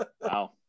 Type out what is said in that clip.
Wow